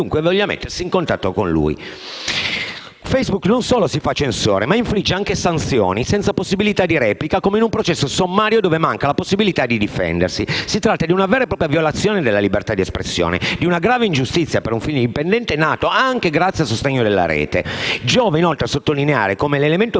Facebook non solo si fa censore, ma infligge anche sanzioni senza possibilità di replica, come in un processo sommario dove manca la possibilità di difendersi. Si tratta di una vera e propria violazione della libertà di espressione, di una grave ingiustizia per un film indipendente nato anche grazie al sostegno della rete. Giova, inoltre, sottolineare come l'elemento